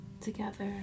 together